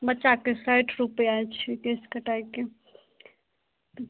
बच्चाके साठि रुपैआ छै केस कटाइके